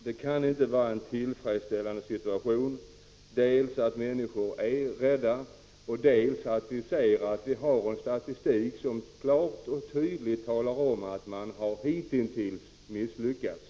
Det kan inte vara en tillfredsställande situation dels att människor är rädda, dels att brottsstatistiken klart och tydligt visar att man hitintills har misslyckats.